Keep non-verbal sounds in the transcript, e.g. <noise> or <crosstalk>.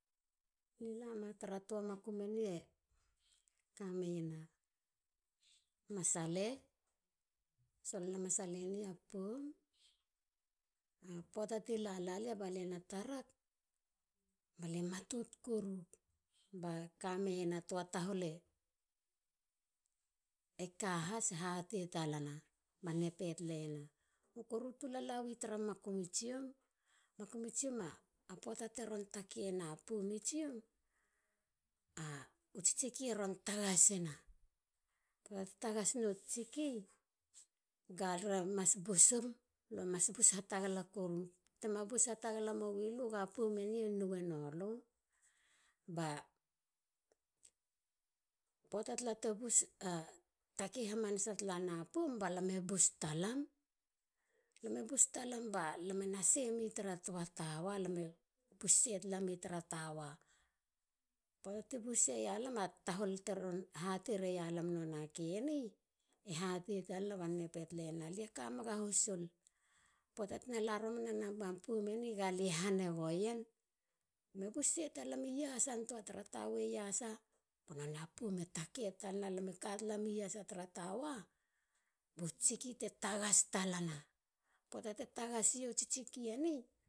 Lie la ma tra tua makum eni. eka meien na masale. solo na masale ni a poum. poata te la la lia ba lie na tarak. bale matot koruk. be kameiena tua tahol e ka has. e hatei talana bannei pena mokoru tu la la wa tara makumi tsiom. makum i tsiom a poata teron takena poum e tsiom. Hesitation. u tsiktsiki eron tagasina. poata te tagas nu tsiktsiki ga re mas busur. lue mas bus hatagala korum. te ma bus hatagala milu ga poum eni e nou e no lu. ba poata tala te takei hamanasa na poum. ba lam e bus talam. lam bus talam balame na sei mi tara tawa. lame bus sei tala mi tara tawa. poata te bus sei ya. <hesitation> tahol teron hatei reia lam nonei a keni. e hatei talana bante peiena. lie kamega husul. poata tena la romana nama poum eni galie hane gouen. lam e bus sentuam tara tawa iasan toa. ba nonei a poum te takei talana. lame katala mi. ya. Hesitation. tara tawa bu tsiki te tagas talana